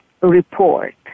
report